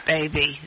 Baby